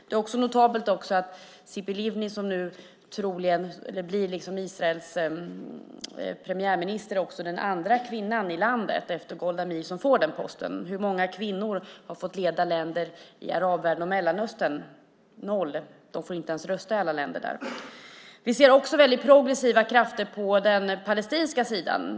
Det är också notabelt att Tzipi Livni kommer att bli Israels premiärminister, och hon är den andra kvinnan i landet efter Golda Meir som får den posten. Hur många kvinnor har fått leda länder i arabvärlden och Mellanöstern? Noll. De får inte ens rösta i alla länderna där. Vi ser också progressiva krafter på den palestinska sidan.